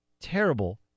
terrible